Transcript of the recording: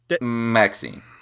Maxine